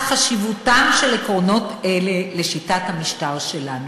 "על חשיבותם של עקרונות אלה לשיטת המשטר שלנו".